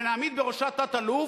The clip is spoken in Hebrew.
ונעמיד בראשה תת-אלוף,